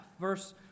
Verse